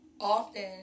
often